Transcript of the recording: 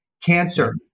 cancer